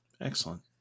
Excellent